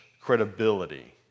credibility